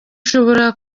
ushobora